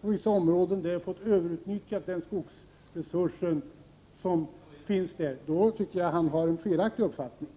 vissa områden inte har fått överutnyttja den skogsresurs som finns där, då tycker jag att han har en felaktig uppfattning.